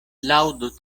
laŭdu